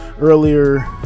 earlier